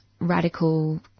radical